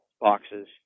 boxes